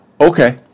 okay